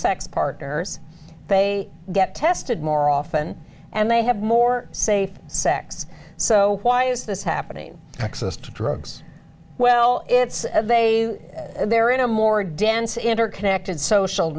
sex partners they get tested more often and they have more safe sex so why is this happening access to drugs well it's they they're in a more dense interconnected social